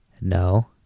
no